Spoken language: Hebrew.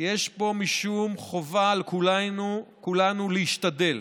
על כולנו להשתדל,